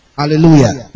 hallelujah